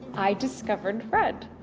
i discovered fred.